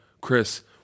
Chris